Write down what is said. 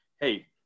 hey –